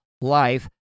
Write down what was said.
life